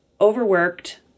overworked